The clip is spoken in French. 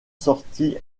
sortie